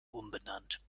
umbenannt